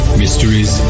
mysteries